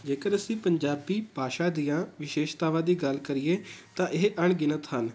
ਜੇਕਰ ਅਸੀਂ ਪੰਜਾਬੀ ਭਾਸ਼ਾ ਦੀਆਂ ਵਿਸ਼ੇਸ਼ਤਾਵਾਂ ਦੀ ਗੱਲ ਕਰੀਏ ਤਾਂ ਇਹ ਅਣਗਿਣਤ ਹਨ